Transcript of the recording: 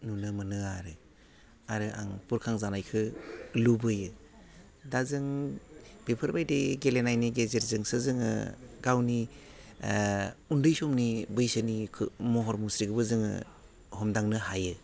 नुनो मोनो आरो आरो आं बुरखांजानायखौ लुबैयो दा जों बेफोर बायदि गेलेनायनि गेजेरजोंसो जोङो गावनि ओह उन्दै समनि बैसोनि खो महर मुस्रिखौबो जोङो हमदांनो हायो